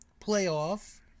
playoff